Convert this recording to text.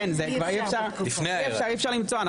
כן זה כבר אי אפשר למצוא,